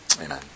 Amen